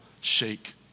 shake